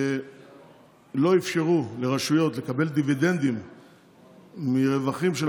לא אפשרו לרשויות לקבל דיבידנדים מרווחים של